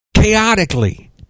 Chaotically